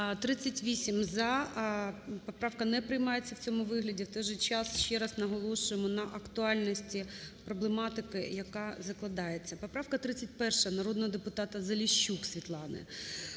За-38 Поправка не приймається в цьому вигляді, в той же час ще раз наголошуємо на актуальності проблематики, яка закладається. Поправка 31 народного депутатаЗаліщук Світлани.